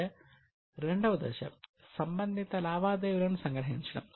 ఇక రెండవ దశ సంబంధిత లావాదేవీలను సంగ్రహించడం